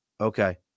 okay